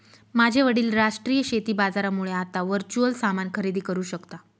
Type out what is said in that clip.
माझे वडील राष्ट्रीय शेती बाजारामुळे आता वर्च्युअल सामान खरेदी करू शकता